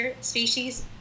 species